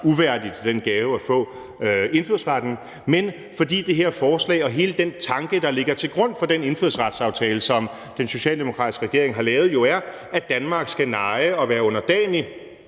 gave, som det er at få indfødsretten, men fordi det her forslag og hele den tanke, der ligger til grund for den indfødsretsaftale, som den socialdemokratiske regering har lavet, jo er, at Danmark skal neje og være underdanig